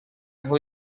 who